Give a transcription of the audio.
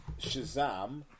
Shazam